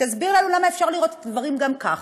שתסביר לנו למה אפשר לראות את הדברים גם ככה.